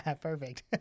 Perfect